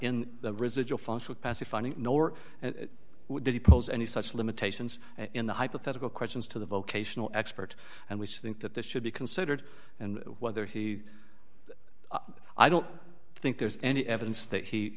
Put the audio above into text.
in the residual funds with passive funding nor would you pose any such limitations in the hypothetical questions to the vocational expert and we should think that this should be considered and whether he i don't think there's any evidence that he